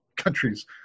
countries